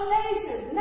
nations